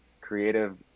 creative